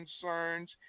concerns